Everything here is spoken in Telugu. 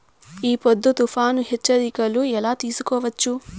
ఈ పొద్దు తుఫాను హెచ్చరికలు ఎలా తెలుసుకోవచ్చు?